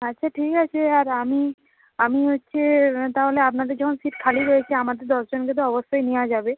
আচ্ছা ঠিক আছে আর আমি আমি হচ্ছে তাহলে আপনাদের যখন সিট খালি রয়েছে আমাদের দশজনকে তো অবশ্যই নেওয়া যাবে